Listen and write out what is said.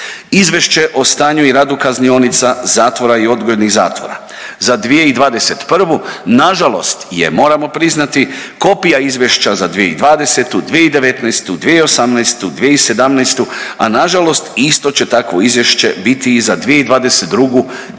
Izvješće o stanju i radu kaznionica, zatvora i odgojnih zatvora za 2021. nažalost je moramo priznati kopija izvješća za 2020., 2019., 2018., 2017., a nažalost isto će takvo izvješće biti i za 2022. i 2023.